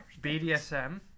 BDSM